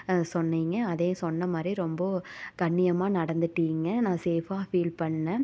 சொன்னீங்க அதே சொன்னமாதிரியே ரொம்ப கண்ணியமாக நடந்துகிட்டீங்க நான் சேஃபாக ஃபீல் பண்ணிணேன்